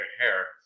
hair